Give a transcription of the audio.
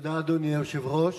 אדוני היושב-ראש,